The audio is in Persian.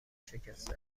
شکسته